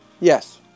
Yes